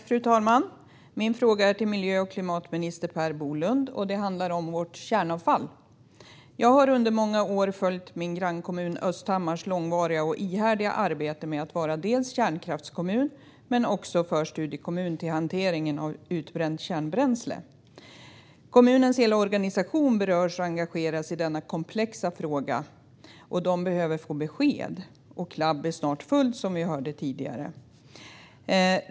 Fru talman! Min fråga är till miljö och klimatminister Per Bolund, och den handlar om vårt kärnavfall. Jag har under många år följt min grannkommun Östhammars långvariga och ihärdiga arbete med att vara dels kärnkraftskommun, dels förstudiekommun till hanteringen av utbränt kärnbränsle. Kommunens hela organisation berörs och engageras i denna komplexa fråga, och kommunen behöver få besked. Och Clab är snart fullt, som vi hörde tidigare.